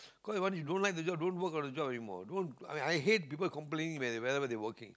cause if you don't like the job don't work on the job anymore don't I hate people complaining where wherever they are working